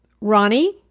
Ronnie